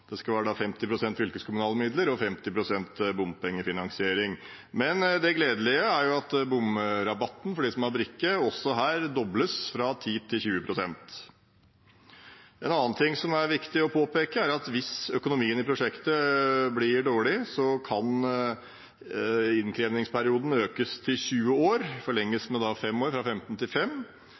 Det skal være 50 pst. fylkeskommunale midler og 50 pst. bompengefinansiering. Men det gledelige er at bompengerabatten for dem som har brikke, også her dobles, fra 10 til 20 pst. En annen ting som er viktig å påpeke, er at hvis økonomien i prosjektet blir dårlig, kan innkrevingsperioden økes til 20 år – forlenges med 5 år, fra 15 til